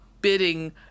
bidding